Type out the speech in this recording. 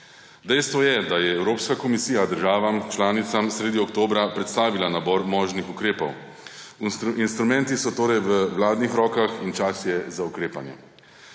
Dejstvo je, da je Evropska komisija državam članicam sredi oktobra predstavila nabor možnih ukrepov. Instrumenti so torej v vladnih rokah in čas je za ukrepanje.